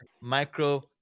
micro